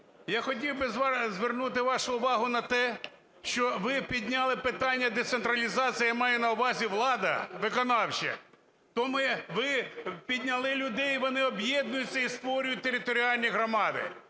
я хотів би звернути вашу увагу на те, що ви підняли питання децентралізації, я маю на увазі влада виконавча, ви підняли людей, і вони об'єднуються і створюють територіальні громади.